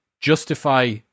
justify